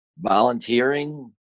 volunteering